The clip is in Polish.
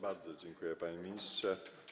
Bardzo dziękuję, panie ministrze.